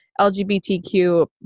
LGBTQ